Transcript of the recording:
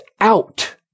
out